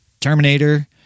Terminator